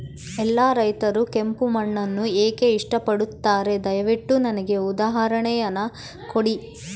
ಎಲ್ಲಾ ರೈತರು ಕೆಂಪು ಮಣ್ಣನ್ನು ಏಕೆ ಇಷ್ಟಪಡುತ್ತಾರೆ ದಯವಿಟ್ಟು ನನಗೆ ಉದಾಹರಣೆಯನ್ನ ಕೊಡಿ?